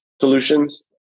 solutions